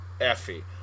Effie